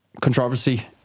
controversy